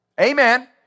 Amen